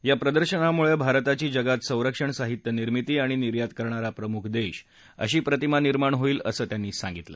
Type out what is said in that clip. या प्रदर्शनामुळे भारताचीजगात संरक्षण साहित्य निर्मिती आणि निर्यात करणारा प्रमुख देश अशी प्रतिमा निर्माणहोईल असंही ते म्हणाले